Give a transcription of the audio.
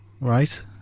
right